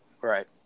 right